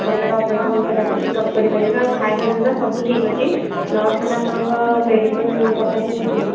ଆପଣଙ୍କର ଅପରେସନ୍ ସରିଲା ପରେ ଚେକଅପ୍ କରିପାରିବେ ଆଉ ଖାଇବା ପିଇବା ସବୁ ଠିକ୍ ଅଛି ନର୍ସ୍ମାନେ ଆପଣଙ୍କ ମେଡ଼ିସିନ୍ କଥା ବି ବୁଝିବେ